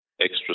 extra